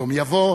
יום יבוא